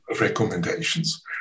recommendations